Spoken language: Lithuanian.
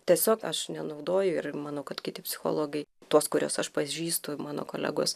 tiesiog aš nenaudoju ir manau kad kiti psichologai tuos kuriuos aš pažįstu mano kolegos